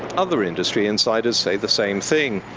other industry insiders say the same thing.